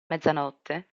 mezzanotte